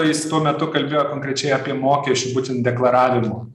jis tuo metu kalbėjo konkrečiai apie mokesčių būtent deklaravimo